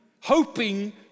hoping